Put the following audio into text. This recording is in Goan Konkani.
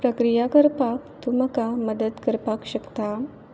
प्रक्रिया करपाक तूं म्हाका मदत करपाक शकता